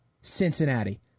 Cincinnati